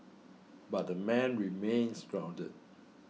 but the man remains grounded